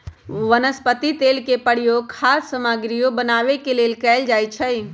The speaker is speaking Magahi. वनस्पति तेल के प्रयोग खाद्य सामगरियो बनावे के लेल कैल जाई छई